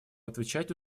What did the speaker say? отвечать